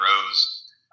grows